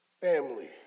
family